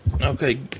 Okay